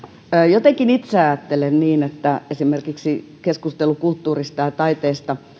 jotenkin itse ajattelen niin että esimerkiksi keskustelun kulttuurista ja ja taiteesta